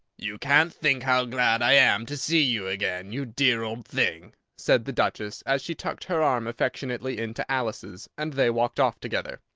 you can't think how glad i am to see you again, you dear old thing! said the duchess, as she tucked her arm affectionately into alice's, and they walked off together.